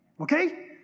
Okay